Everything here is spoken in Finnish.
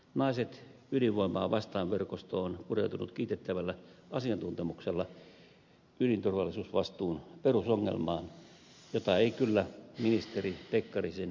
naiset ydinvoimaa vastaan verkosto on pureutunut kiitettävällä asiantuntemuksella ydinturvallisuusvastuun perusongelmaan jota ei kyllä ministeri pekkarisen silmäinkääntötempuilla ratkaista